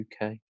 UK